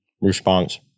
response